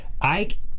Ike